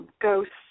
Ghosts